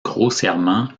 grossièrement